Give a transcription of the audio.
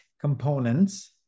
components